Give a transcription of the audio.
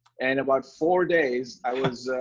and about four days i was.